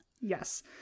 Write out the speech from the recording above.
Yes